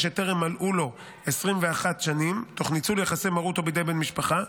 שטרם מלאו לו 21 שנים תוך ניצול יחסי מרות או בידי בן משפחה,